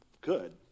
Good